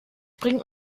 bringe